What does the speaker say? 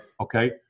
Okay